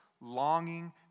longing